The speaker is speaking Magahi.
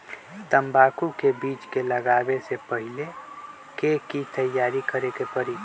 तंबाकू के बीज के लगाबे से पहिले के की तैयारी करे के परी?